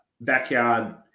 Backyard